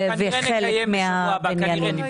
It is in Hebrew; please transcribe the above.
אנחנו כנראה נקיים בשבוע הבא דיון.